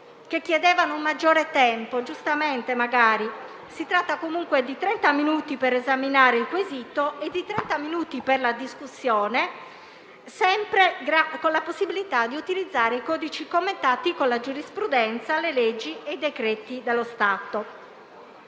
che chiedevano maggiore tempo, magari giustamente; si tratta comunque di trenta minuti per esaminare il quesito e di trenta minuti per la discussione, sempre con la possibilità di utilizzare i codici commentati con la giurisprudenza, le leggi e i decreti dello Stato.